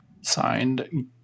signed